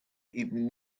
even